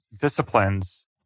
disciplines